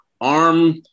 arm